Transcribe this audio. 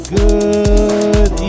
good